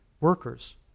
workers